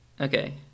Okay